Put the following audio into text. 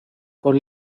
con